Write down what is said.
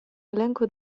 elenco